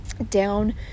down